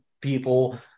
people